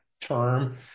term